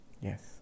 yes